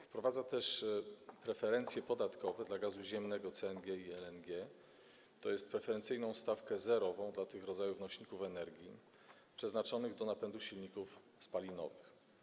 Wprowadza też preferencje podatkowe dla gazu ziemnego CNG i LNG, tj. preferencyjną stawkę zerową dla tych rodzajów nośników energii przeznaczonych do napędu silników spalinowych.